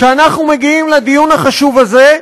שאנחנו מגיעים לדיון החשוב הזה,